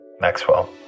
Maxwell